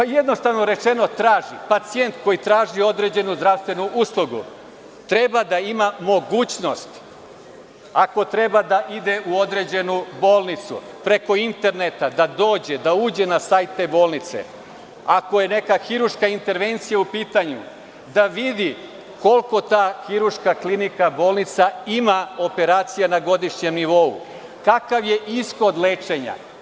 Jednostavno rečeno, traži: pacijent koji traži određenu zdravstvenu uslugu treba da ima mogućnost da ako treba da ide u određenu bolnicu preko interneta, da dođe, da uđe na sajt te bolnice, ako je neka hirurška intervencija u pitanju da vidi koliko ta bolnica ima operacija na godišnjem nivou, kakav je ishod lečenja.